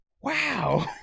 wow